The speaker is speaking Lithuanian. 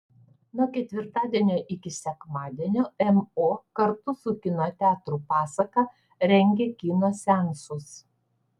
nuo ketvirtadienio iki sekmadienio mo kartu su kino teatru pasaka rengia kino seansus